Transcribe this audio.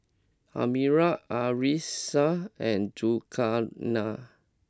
Amirah Arissa and Zulkarnain